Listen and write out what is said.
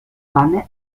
wanne